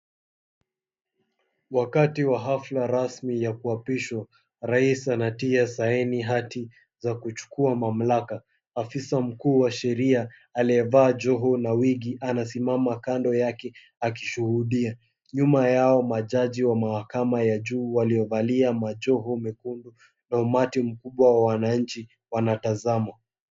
Wakati wa hafla rasmi ya kuapishwa, rais anatia saini hati za kuchukua mamlaka. Afisa mkuu wa sheria, aliyevaa joho na wigi, anasimama kando yake akishuhudia. Nyuma yao majaji wa mahakama ya juu, waliovalia majoho mekundu na umati mkubwa wa wananchi, wanatazama.